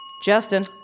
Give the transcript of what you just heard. Justin